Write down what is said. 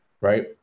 right